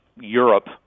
Europe